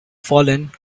fallen